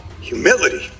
humility